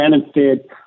benefit